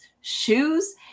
shoes